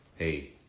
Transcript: Hey